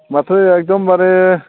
माथो एकदमबारे